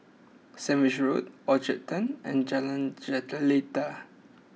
Sandwich Road Orchard Turn and Jalan Jelita